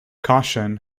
caution